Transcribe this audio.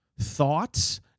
thoughts